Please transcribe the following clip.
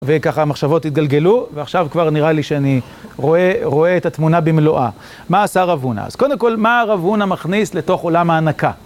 וככה המחשבות התגלגלו, ועכשיו כבר נראה לי שאני רואה את התמונה במלואה. מה עשה רב הונא? אז קודם כל, מה רב הונא מכניס לתוך עולם ההנקה?